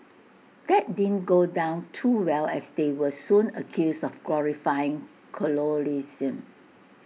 that did go down too well as they were soon accused of glorifying colonialism